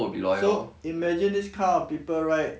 so imagine this kind of people right